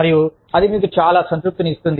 మరియు అది మీకు చాలా సంతృప్తిని ఇస్తుంది